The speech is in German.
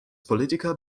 politiker